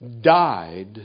Died